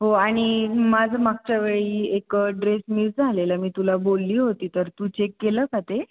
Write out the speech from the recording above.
हो आणि माझं मागच्या वेळी एक ड्रेस मिस झालेला मी तुला बोलली होती तर तू चेक केलं का ते